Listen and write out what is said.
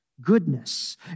goodness